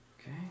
Okay